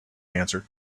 answered